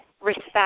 respect